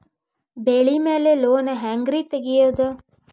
ಬೆಳಿ ಮ್ಯಾಲೆ ಲೋನ್ ಹ್ಯಾಂಗ್ ರಿ ತೆಗಿಯೋದ?